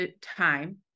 time